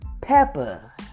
Peppa